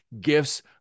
gifts